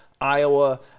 Iowa